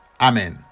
Amen